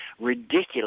ridiculous